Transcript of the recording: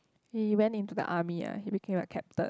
he went into the army ah he became a captain